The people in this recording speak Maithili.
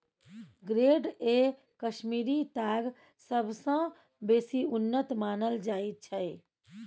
ग्रेड ए कश्मीरी ताग सबसँ बेसी उन्नत मानल जाइ छै